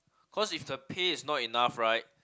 cause if the pay is not enough right